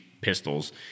pistols